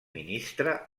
ministre